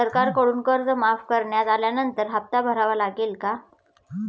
सरकारकडून कर्ज माफ करण्यात आल्यानंतर हप्ता भरावा लागेल का?